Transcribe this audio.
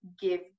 give